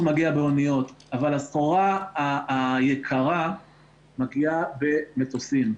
מגיע באניות אבל הסחורה היקרה מגיעה במטוסים.